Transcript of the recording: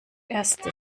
erste